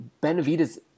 Benavides